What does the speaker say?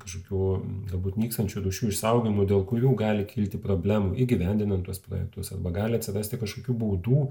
kažkokių galbūt nykstančių rūšių išsaugojimu dėl kurių gali kilti problemų įgyvendinant tuos projektus arba gali atsirasti kažkokių baudų